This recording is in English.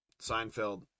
Seinfeld